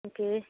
okay